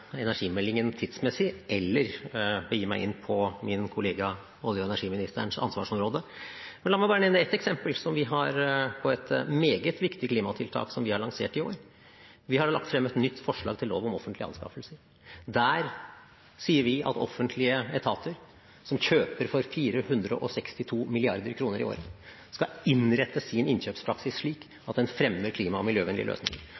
energimeldingen tidsmessig eller begi meg inn på ansvarsområdet til min kollega olje- og energiministeren. Men la meg bare nevne ett eksempel, som vi har på et meget viktig klimatiltak, som vi har lansert i år. Vi har lagt fram et nytt forslag til lov om offentlige anskaffelser. Der sier vi at offentlige etater, som kjøper for 462 mrd. kr i året, skal innrette sin innkjøpspraksis